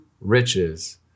riches